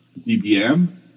DBM